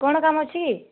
କ'ଣ କାମ ଅଛି